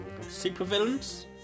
Supervillains